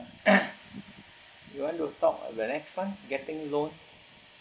you want to talk the next one getting loan